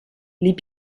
les